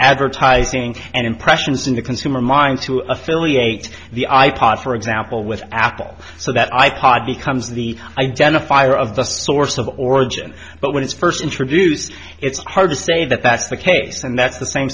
advertising and impressions in the consumer mind to affiliate the i pod for example with apple so that i pod becomes the identifier of the source of origin but when it's first introduced it's hard to say that that's the case and that's the same